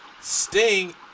Sting